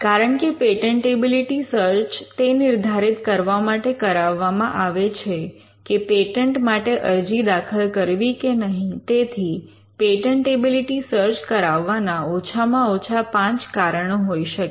કારણ કે patentability search તે નિર્ધારિત કરવા માટે કરાવવામાં આવે છે કે પેટન્ટ માટે અરજી દાખલ કરવી કે નહીં તેથી પેટન્ટેબિલિટી સર્ચ કરાવવાના ઓછામાં ઓછા પાંચ કારણો હોઈ શકે